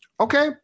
Okay